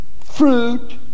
fruit